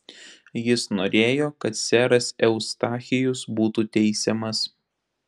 jis norėjo kad seras eustachijus būtų teisiamas